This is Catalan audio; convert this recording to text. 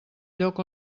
lloc